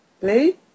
Blue